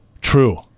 True